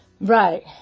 Right